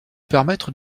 permettre